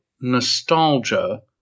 nostalgia